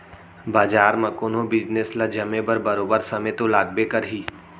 बजार म कोनो बिजनेस ल जमे बर बरोबर समे तो लागबे करही